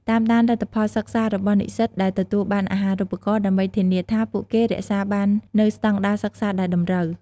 តាមដានលទ្ធផលសិក្សារបស់និស្សិតដែលទទួលបានអាហារូបករណ៍ ដើម្បីធានាថាពួកគេរក្សាបាននូវស្តង់ដារសិក្សាដែលតម្រូវ។